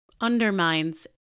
undermines